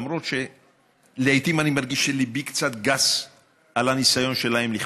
למרות שלעיתים אני מרגיש שליבי קצת גס בניסיון שלהם לכפות,